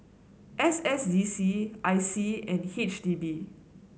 S S D C I C and H D B